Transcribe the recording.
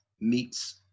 meets